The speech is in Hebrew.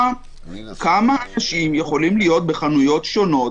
כמה אנשים יכולים להיות בחנויות שונות.